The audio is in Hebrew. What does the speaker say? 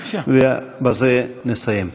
ובזה נסיים.